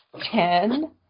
Ten